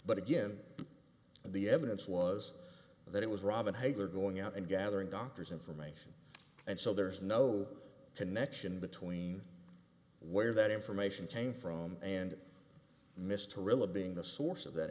but again the evidence was that it was robin hagar going out and gathering doctors information and so there's no connection between where that information came from and missed to relive being the source of that